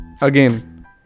again